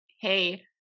hey